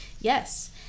Yes